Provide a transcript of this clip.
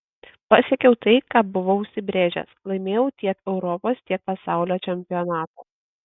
pasiekiau tai ką buvau užsibrėžęs laimėjau tiek europos tiek pasaulio čempionatą